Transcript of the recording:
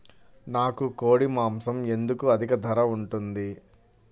నాకు కోడి మాసం ఎందుకు అధిక ధర ఉంటుంది?